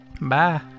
Bye